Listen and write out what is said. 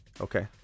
Okay